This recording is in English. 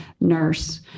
nurse